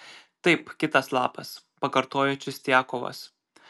taip kitas lapas pakartojo čistiakovas